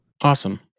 Awesome